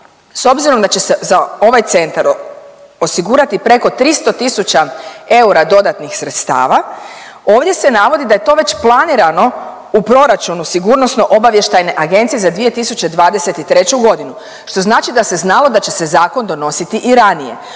S obzirom da će se za ovaj centar osigurati preko 300.000 eura dodatnih sredstava, ovdje se navodi da je to već planirano u proračunu SOA-e za 2023.g. što znači da se znalo da će se zakon donositi i ranije.